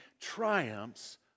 triumphs